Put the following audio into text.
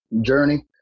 journey